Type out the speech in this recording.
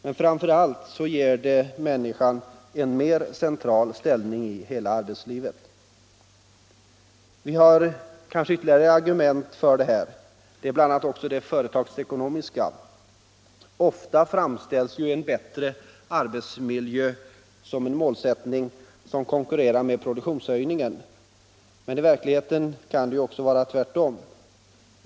Men framför allt ger de människan en mer central ställning i hela arbetslivet. Det finns också ytterligare argument, bl.a. det företagsekonomiska. Ofta framställs en bättre arbetsmiljö som en målsättning som konkurrerar med produktionshöjningen, men i verkligheten kan det vara tvärtom.